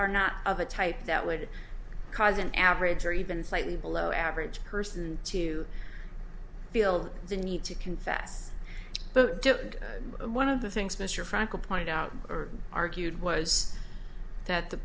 are not of a type that would cause an average or even slightly below average person to feel the need to confess to one of the things mr frankel pointed out or argued was that the